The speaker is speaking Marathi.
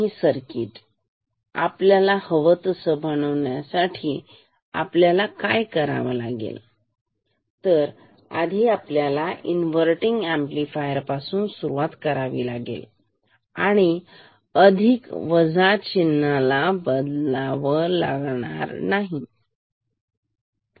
आणि सर्किट ला आपल्याला हवं तसं बनवण्यासाठी आपल्याला काय करावं लागेल आपल्याला इन्व्हर्टिनग अम्प्लिफायर पासून सुरुवात करावी लागेल आणि अधिक वजा चिन्हाला बदलावं लागेल